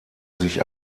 sich